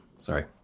Sorry